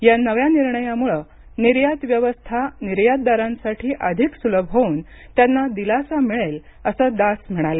या नव्या निर्णयामुळे निर्यात व्यवस्था निर्यातदारांसाठी अधिक सुलभ होऊन त्यांना दिलासा मिळेल असं दास म्हणाले